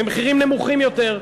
במחירים נמוכים יותר,